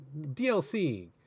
DLC